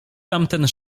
tamten